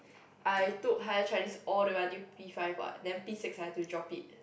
I took higher Chinese all the way until P five what then P six I have to drop it